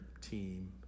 team